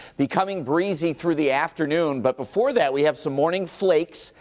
becoming breezy through the afternoon. but before that, we have so morning flakes,